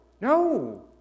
No